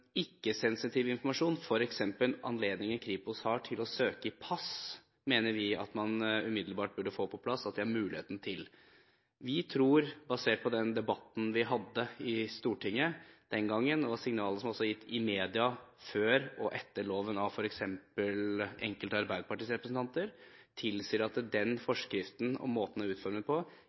informasjon – f.eks. anledningen Kripos har til å søke i pass – mener vi at man umiddelbart burde få muligheten til å søke i. Vi tror – basert på den debatten vi hadde i Stortinget den gangen, og signaler som også er gitt i media før og etter loven av f.eks. enkelte av Arbeiderpartiets representanter – at den forskriften og måten den er utformet på,